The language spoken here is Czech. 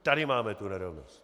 Tady máme tu nerovnost!